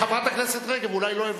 חברת הכנסת רגב, אולי לא הבנת.